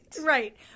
Right